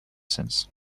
since